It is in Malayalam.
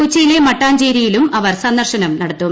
കൊച്ചിയിലെ മട്ടാഞ്ചേരിയിലും അവർ സന്ദർശനം നടത്തും